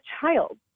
child